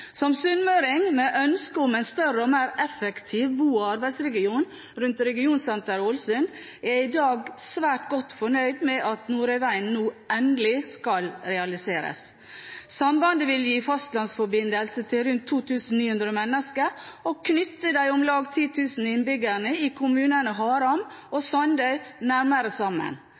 Som sunnmøring med ønske om en større og mer effektiv bo- og arbeidsregion rundt regionsenteret Ålesund er jeg i dag svært godt fornøyd med at Nordøyvegen nå endelig skal realiseres. Sambandet vil gi fastlandsforbindelse til rundt 2 900 mennesker og knytte de om lag 10 000 innbyggerne i kommunene Haram og Sandøy nærmere sammen.